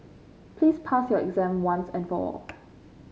please pass your exam once and for all